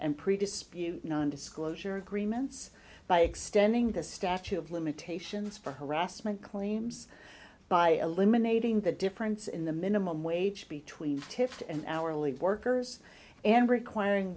predispose non disclosure agreements by extending the statute of limitations for harassment claims by eliminating the difference in the minimum wage between tift and hourly workers and requiring